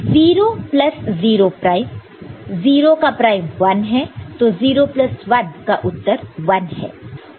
0 plus 0 prime 0 का prime 1 है तो 0 प्लस 1 का उत्तर 1 है